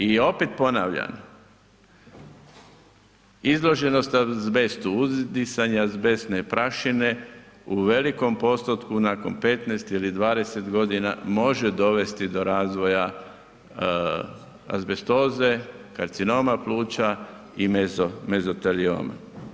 I opet ponavljam, izloženost azbestu, uzdisanje azbestne prašine u velikom postotku nakon 15 ili 20.g. može dovesti do razvoja azbestoze, karcinoma pluća i mezotelioma.